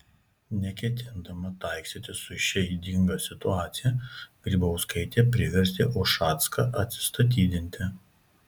neketindama taikstytis su šia ydinga situacija grybauskaitė privertė ušacką atsistatydinti